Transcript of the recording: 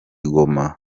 goma